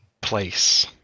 place